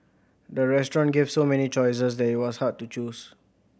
the restaurant gave so many choices that it was hard to choose